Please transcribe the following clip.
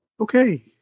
okay